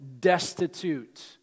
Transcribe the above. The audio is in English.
destitute